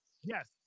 Yes